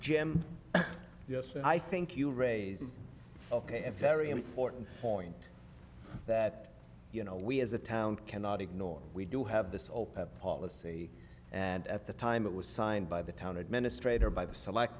jim yes i think you raise is ok if you very important point that you know we as a town cannot ignore we do have this open policy and at the time it was signed by the town administrator by the select